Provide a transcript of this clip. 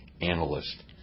Analyst